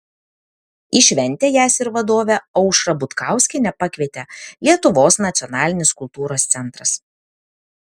į šventę jas ir vadovę aušrą butkauskienę pakvietė lietuvos nacionalinis kultūros centras